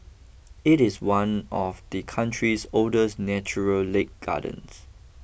it is one of the country's oldest natural lake gardens